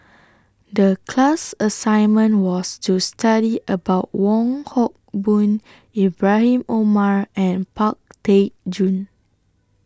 The class assignment was to study about Wong Hock Boon Ibrahim Omar and Pang Teck Joon